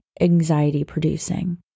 anxiety-producing